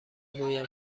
گویم